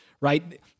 right